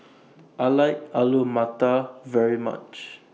I like Alu Matar very much